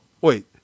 wait